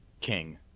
king